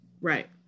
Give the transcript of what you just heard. Right